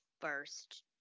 first